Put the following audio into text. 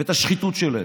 ואת השחיתות שלהם.